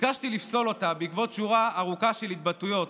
ביקשתי לפסול אותה בעקבות שורה ארוכה של התבטאויות,